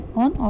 on